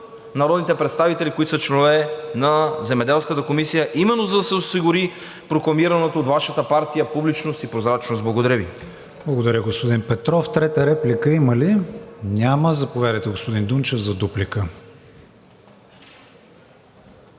народните представители, които са членове на Земеделската комисия, именно за да се осигури прокламираното от Вашата партия – публичност и прозрачност. Благодаря Ви. ПРЕДСЕДАТЕЛ КРИСТИАН ВИГЕНИН: Благодаря, господин Петров. Трета реплика има ли? Няма. Заповядайте, господин Дунчев, за дуплика.